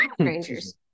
strangers